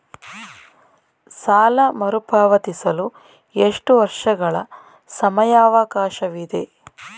ಸಾಲ ಮರುಪಾವತಿಸಲು ಎಷ್ಟು ವರ್ಷಗಳ ಸಮಯಾವಕಾಶವಿದೆ?